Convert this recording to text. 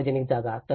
सार्वजनिक जागा